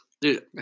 Dude